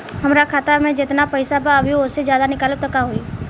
हमरा खाता मे जेतना पईसा बा अभीओसे ज्यादा निकालेम त का होई?